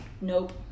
nope